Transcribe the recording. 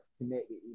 connected